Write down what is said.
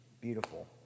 Beautiful